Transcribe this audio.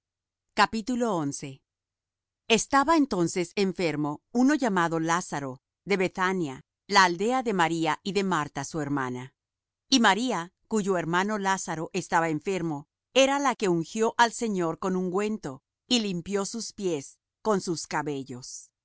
estaba entonces enfermo uno llamado lázaro de bethania la aldea de maría y de marta su hermana y maría cuyo hermano lázaro estaba enfermo era la que ungió al señor con ungüento y limpió sus pies con sus cabellos